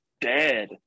dead